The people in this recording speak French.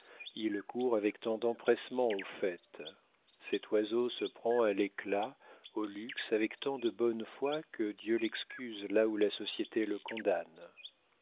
il court avec tant d'empressement aux fêtes cet oiseau se prend à l'éclat au luxe avec tant de bonne foi que dieu l'excuse là où la société le condamne